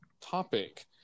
topic